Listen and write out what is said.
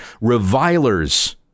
Revilers